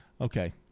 Okay